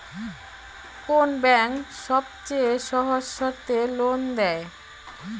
কোন ব্যাংক সবচেয়ে সহজ শর্তে লোন দেয়?